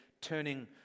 turning